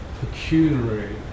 pecuniary